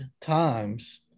times